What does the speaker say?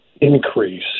increase